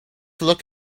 look